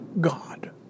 God